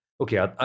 Okay